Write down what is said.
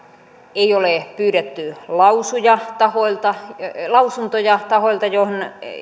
ei ole pyydetty lausuntoja tahoilta lausuntoja tahoilta joita